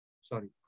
Sorry